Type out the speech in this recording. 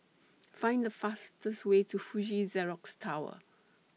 Find The fastest Way to Fuji Xerox Tower